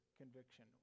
conviction